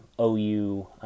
OU